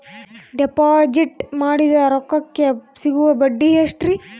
Deposit ಮಾಡಿದ ರೊಕ್ಕಕೆ ಸಿಗುವ ಬಡ್ಡಿ ಎಷ್ಟ್ರೀ?